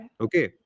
Okay